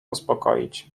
uspokoić